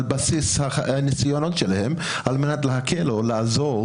בסיס הניסיון שלהם על מנת להקל או לעזור